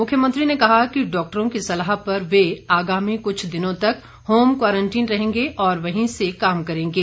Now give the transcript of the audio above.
मुख्यमंत्री ने कहा कि डॉक्टरों की सलाह पर वे आगामी कुछ दिनों तक होम क्वारंटीन रहेंगे और वहीं से काम करेंगे